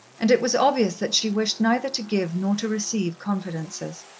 and it was obvious that she wished neither to give nor to receive confidences.